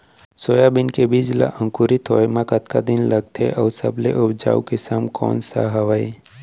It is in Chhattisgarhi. सोयाबीन के बीज ला अंकुरित होय म कतका दिन लगथे, अऊ सबले उपजाऊ किसम कोन सा हवये?